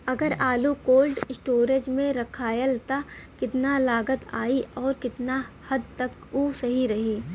अगर आलू cold storage में रखायल त कितना लागत आई अउर कितना हद तक उ सही रही?